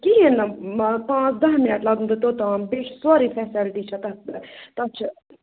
کِہیٖنٛۍ نہٕ پانٛژھ دَہ مِنٛٹ لَگنو تۄہہِ توٚتام بیٚیہِ چھُ سورُے فیسلٹی چھِ تتھ تہٕ تتھ چھِ